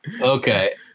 Okay